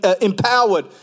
empowered